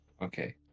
okay